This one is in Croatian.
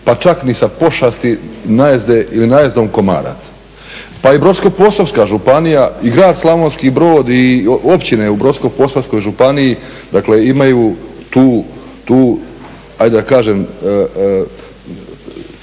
pa čak ni sa pošasti najezde ili najezdom komaraca. Pa i Brodsko-posavska županija, i Grad Slavonski Brod, i općine u Brodsko-posavskoj županiji dakle imaju tu, ajde da kažem